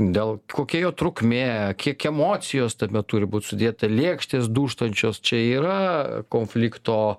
dėl kokia jo trukmė kiek emocijos tame turi būt sudėta lėkštės dūžtančios čia yra konflikto